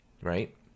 right